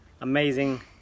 amazing